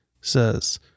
says